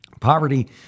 poverty